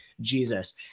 Jesus